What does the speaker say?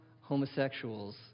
homosexuals